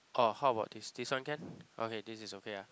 orh how about this this one can okay this is okay ah